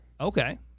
Okay